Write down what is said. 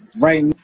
Right